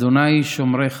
ה' שֹׁמרך ה'